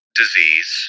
disease